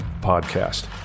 Podcast